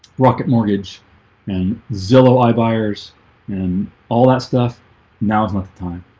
rocket mortgage and zillow i buyers and all that stuff now is not the time.